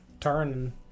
turn